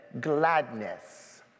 gladness